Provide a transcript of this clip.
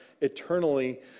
eternally